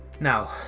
Now